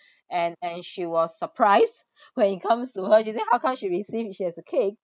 and and she was surprised when it comes to her she said how come she receive it she has a cake